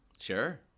Sure